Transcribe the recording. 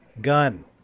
gun